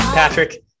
Patrick